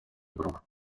bruno